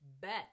bet